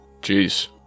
Jeez